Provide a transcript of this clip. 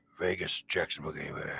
Vegas-Jacksonville